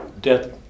Death